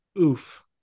oof